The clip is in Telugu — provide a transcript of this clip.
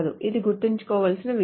ఇది గుర్తుంచుకోవలసిన విషయం